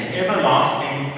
everlasting